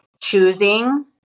choosing